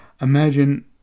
Imagine